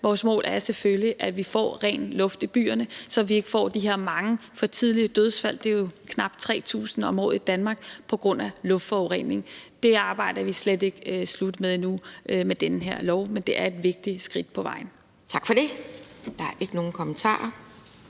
Vores mål er selvfølgelig, at vi får ren luft i byerne, så vi ikke får de her mange for tidlige dødsfald – det er jo knap 3.000 om året i Danmark – på grund af luftforurening. Det arbejde er vi slet ikke færdige med endnu med den her lov, men det er et vigtigt skridt på vejen. Kl. 15:46 Anden næstformand